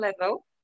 level